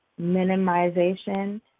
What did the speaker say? minimization